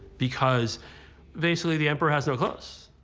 because basically the emperor has no clothes.